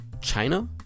China